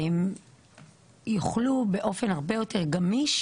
והם יוכלו באופן הרבה יותר גמיש